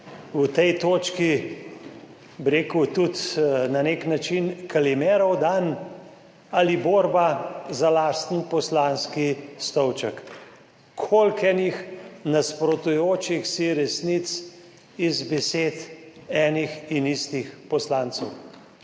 v tej točki bi rekel tudi na nek način Kalimerov dan ali borba za lasten poslanski stolček. Koliko enih nasprotujočih si resnic iz besed enih in istih poslancev.